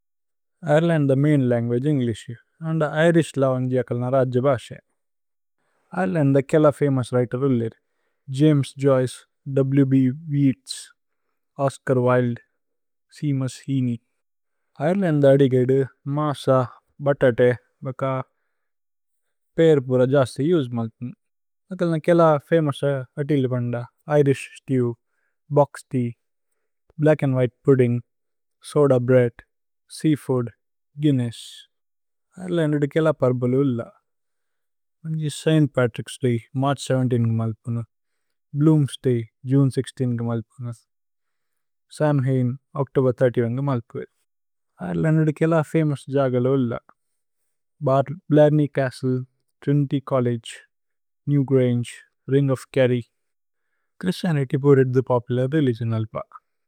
Ireland അ main language, English. And Irish ല വന്ജി അകല് ന രജ്ജ ബാശേ। ഇരേലന്ദ് അ കേല ഫമോഉസ് വ്രിതേര് ഉലിര്। ജമേസ് ജോയ്ചേ, വ്। B. Yeats, Oscar Wilde, Seamus Heaney. Ireland അ അദിക് ഏദു മാസ, ബതതേ, ബക പേര് പുര ജസ്തി യുജ്മല്തിന്। അകല് ന കേല ഫമോഉസ അതില് ബന്ദ। Irish stew, boxty, black and white pudding, soda bread, seafood, Guinness. Ireland അ കേല പുര്പ്ലേ ഉല്ല। സന് പത്രിച്ക്'സ് ദയ്, മര്ഛ് പത്ത് ഏഴ്। ഭ്ലൂമ്സ്ദയ്, ജുനേ പത്ത് ആറ്। സമ്ഹൈന്, ഓച്തോബേര് മുപ്പത് ഒന്ന്। ഇരേലന്ദ് അ കേല ഫമോഉസ് ജഗല് ഉല്ല। ഭ്ലര്നേയ് ഛസ്ത്ലേ, ത്രിനിത്യ് ഛോല്ലേഗേ, Newgrange, ring of Kerry. Christianity പുരേദു പോപുലര് രേലിഗിഓന് അല്പ।